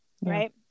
right